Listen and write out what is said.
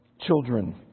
children